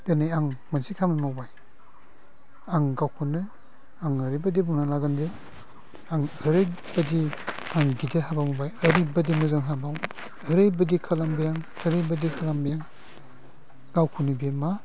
दिनै आं मोनसे खामानि मावबाय आं गावखौनो आं ओरैबायदि बुंना लागोन जे आं ओरैबायदि आं गिदिर हाबा मावबाय ओरैबायदि मोजां हाबा ओरैबायदि खालामगोन ओरैबायदि खालामदों गावखौनो बियो मा